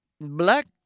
Black